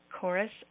chorus